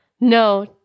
No